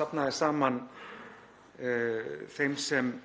safnað er saman þeim sem